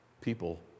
People